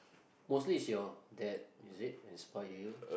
mostly it's your dad is it inspired you